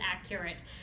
accurate